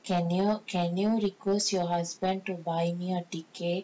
can you can you request your husband to buying me a ticket